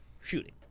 shooting